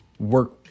work